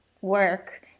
work